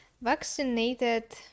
Vaccinated